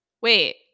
wait